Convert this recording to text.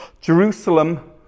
Jerusalem